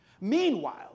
meanwhile